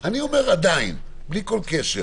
עדיין, בלי כל קשר